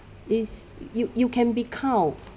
is you you can be count